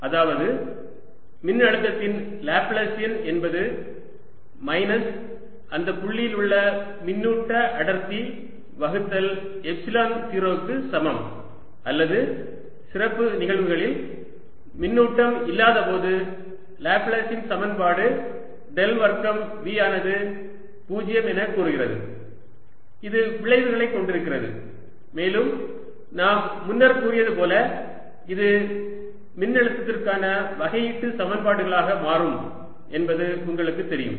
அதாவது மின்னழுத்தத்தின் லேப்ளேசியன் என்பது மைனஸ் அந்த புள்ளியில் உள்ள மின்னூட்ட அடர்த்தி வகுத்தல் எப்சிலன் 0 க்கு சமம் அல்லது சிறப்பு நிகழ்வுகளில் மின்னூட்டம் இல்லாத போது லேப்ளேஸின் சமன்பாடு டெல் வர்க்கம் V ஆனது 0 எனக் கூறுகிறது இது விளைவுகளைக் கொண்டிருக்கிறது மேலும் நாம் முன்னர் கூறியது போல இது மின்னழுத்தத்திற்கான வகையீட்டு சமன்பாடுகளாக மாறும் என்பது உங்களுக்குத் தெரியும்